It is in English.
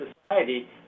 society